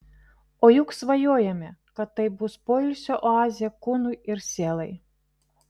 o juk svajojome kad tai bus poilsio oazė kūnui ir sielai